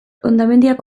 hondamendiak